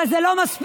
אבל זה לא מספיק.